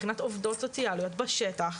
מבחינת עובדות סוציאליות בשטח,